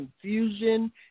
confusion